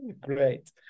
great